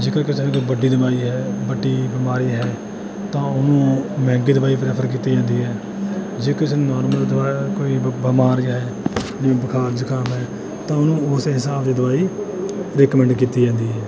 ਜੇਕਰ ਕਿਸੇ ਨੂੰ ਕੋਈ ਵੱਡੀ ਬਿਮਾਰੀ ਹੈ ਵੱਡੀ ਬਿਮਾਰੀ ਹੈ ਤਾਂ ਉਹਨੂੰ ਮਹਿੰਗੀ ਦਵਾਈ ਪ੍ਰੈਫਰ ਕੀਤੀ ਜਾਂਦੀ ਹੈ ਜੇ ਕਿਸੇ ਨੂੰ ਨੋਰਮਲ ਦਵਾ ਕੋਈ ਬ ਬਿਮਾਰ ਜਿਹਾ ਹੈ ਜਿਵੇਂ ਬੁਖਾਰ ਜ਼ੁਕਾਮ ਹੈ ਤਾਂ ਉਹਨੂੰ ਉਸ ਹਿਸਾਬ ਦੀ ਦਵਾਈ ਰੈਕਮੈਂਡ ਕੀਤੀ ਜਾਂਦੀ ਹੈ